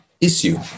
issue